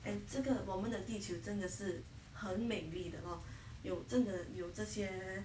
and 这个我们的地球真的是很美丽的 hor 有真的有这些